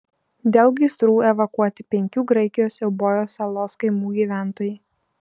dėl gaisrų evakuoti penkių graikijos eubojos salos kaimų gyventojai